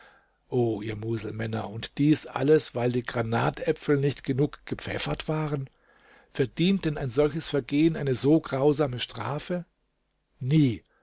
o ihr muselmänner und dies alles weil die granatäpfel nicht genug gepfeffert waren verdient denn ein solches vergehen eine so grausame strafe nie